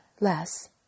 less